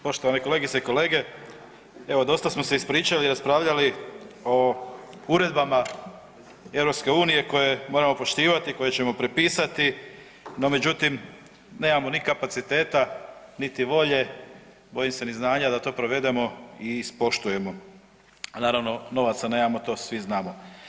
Poštovane kolegice i kolege, evo dosta smo se ispričali, raspravljali o uredbama EU koje moramo poštivati, koje ćemo prepisati, no međutim nemamo ni kapaciteta, niti volje, bojim se niti znanja da to provedemo i ispoštujemo, a naravno novaca nemamo to svi znamo.